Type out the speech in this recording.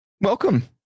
welcome